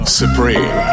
supreme